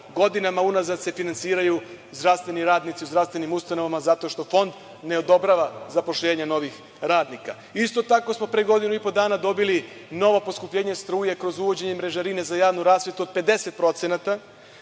godinama unazad se finansiraju zdravstveni radnici u zdravstvenim ustanovama zato što Fond ne odobrava zaposlenje novih radnika. Isto tako smo pre godinu i po dana dobili novo poskupljenje struje kroz uvođenje mrežarine za javnu rasvetu od 50%.